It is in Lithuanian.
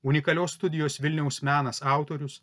unikalios studijos vilniaus menas autorius